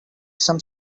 some